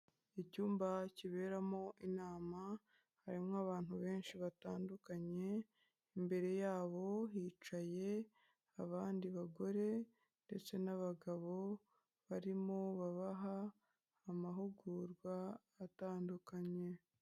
Icyumba kiberamo inama, harimo abantu benshi batandukanye, imbere yabo hicaye abandi bagore ndetse n'abagabo, barimo babaha amahugurwa atandukanye.